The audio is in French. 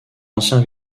ancien